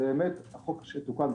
החוק שתוקן,